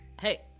hey